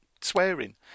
swearing